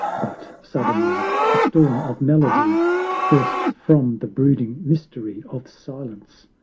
but suddenly a storm of melody burst from the brooding mystery of silence!